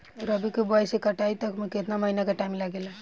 रबी के बोआइ से कटाई तक मे केतना महिना के टाइम लागेला?